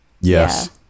Yes